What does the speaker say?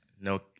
No